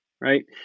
Right